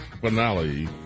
finale